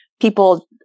people